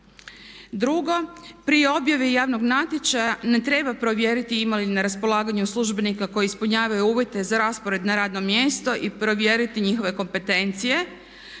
Drugo, pri objavi javnog natječaja ne treba provjeriti ima li na raspolaganju službenika koji ispunjavaju uvjete za raspored na javno mjesto i provjeriti njihove kompetencije.